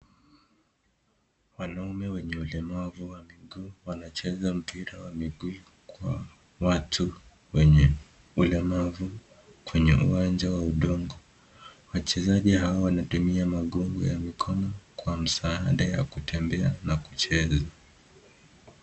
Wanaume wenye ulemavu wa miguu wanacheza mpira ya miguu kwa watu wenye ulemavu kwenye uwanja wa udongo, wachezaji hawa wanatumia magongo ya mikono kwa msaada wa kutembea na kucheza.